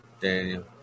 Daniel